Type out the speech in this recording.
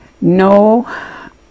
No